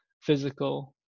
physical